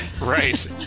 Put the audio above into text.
Right